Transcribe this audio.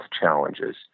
challenges